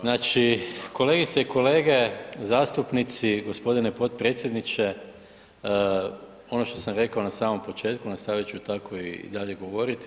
Znači, kolegice i kolege zastupnici, gospodine potpredsjedniče ono što sam rekao na samom početku nastavit ću tako i dalje govoriti.